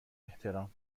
احترام